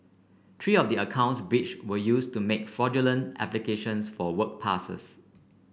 three of the accounts breached were used to make fraudulent applications for work passes